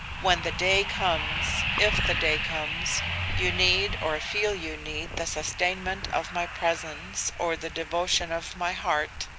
when the day comes if the day comes you need or feel you need the sustainment of my presence or the devotion of my heart,